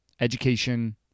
education